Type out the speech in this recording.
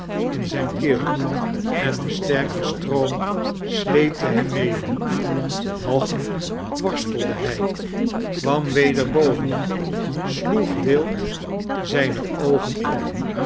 in zijne keel en de sterke stroom sleepte hem mede nog worstelde hij kwam weder boven sloeg wild zijne oogen op